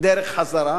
דרך חזרה,